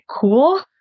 cool